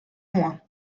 moi